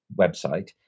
website